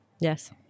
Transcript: Yes